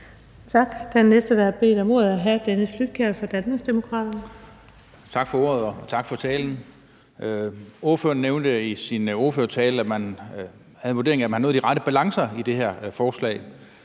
Tak. Den næste, der har bedt om ordet, er hr. Dennis Flydtkjær fra Danmarksdemokraterne. Kl. 19:13 Dennis Flydtkjær (DD): Tak for ordet og tak for talen. Ordføreren nævnte i sin ordførertale, at man vurderede, at man havde nået de rette balancer i det her forslag.